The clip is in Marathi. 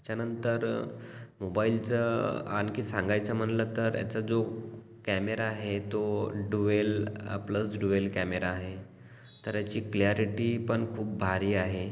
त्याच्यानंतर मोबाइलचं आणखी सांगायचं म्हणलं तर याचा जो कॅमेरा आहे तो ड्युएल प्लस ड्युएल कॅमेरा आहे तर याची क्ल्यारिटीपण खूप भारी आहे